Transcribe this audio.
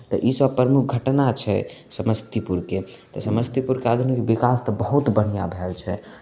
तऽ इसभ प्रमुख घटना छै समस्तीपुरके तऽ समस्तीपुरके आधुनिक विकास तऽ बहुत बढ़िआँ भेल छै